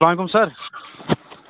سلام علیکُم سَر